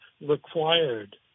required